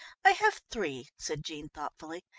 i have three, said jean thoughtfully,